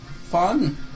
fun